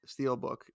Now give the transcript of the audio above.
Steelbook